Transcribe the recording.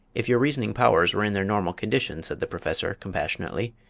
if your reasoning powers were in their normal condition, said the professor, compassionately,